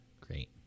Great